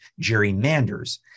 gerrymanders